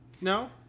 No